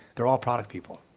they're all product people.